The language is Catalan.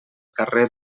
carrer